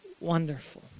wonderful